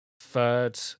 third